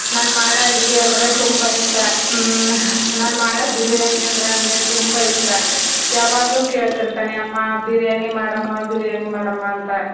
ನಾನು ಮಾಡೊ ಅಡುಗೆ ಅಂದರೆ ತುಂಬ ಇಷ್ಟ ನಾನು ಮಾಡೊ ಬಿರಿಯಾನಿ ಅಂದರೆ ಅವನಿಗೆ ತುಂಬ ಇಷ್ಟ ಯಾವಾಗಲೂ ಕೇಳ್ತಿರ್ತಾನೆ ಅಮ್ಮ ಬಿರಿಯಾನಿ ಮಾಡಮ್ಮ ಬಿರಿಯಾನಿ ಮಾಡಮ್ಮ ಅಂತ